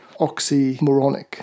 oxymoronic